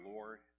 Lord